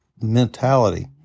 mentality